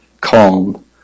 calm